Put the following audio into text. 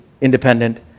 independent